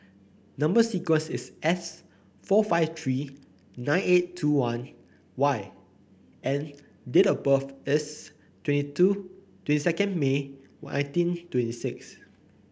number sequence is S four five three nine eight two one Y and date of birth is twenty two twenty second May nineteen twenty six